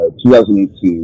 2018